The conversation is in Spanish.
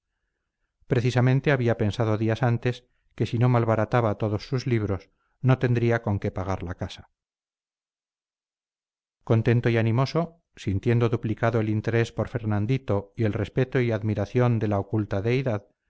precisamente había pensado días antes que si no malbarataba todos sus libros no tendría con qué pagar la casa contento y animoso sintiendo duplicado el interés por fernandito y el respeto y admiración de la oculta deidad